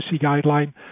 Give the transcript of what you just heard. guideline